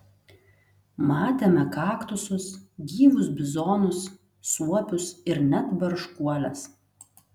matėme kaktusus gyvus bizonus suopius ir net barškuoles